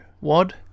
WAD